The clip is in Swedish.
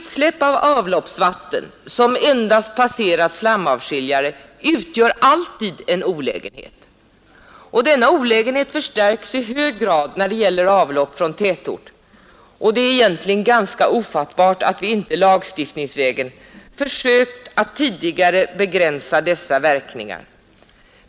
Utsläpp av avloppsvatten, som endast har passerat en slamavskiljare, utgör alltid en olägenhet. Denna olägenhet förstärks i hög grad när det gäller avlopp från tätort, och det är egentligen ganska ofattbart att vi inte lagstiftningsvägen har försökt att tidigare begränsa dessa verkningar.